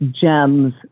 gems